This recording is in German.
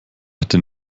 hatte